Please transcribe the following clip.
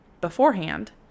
beforehand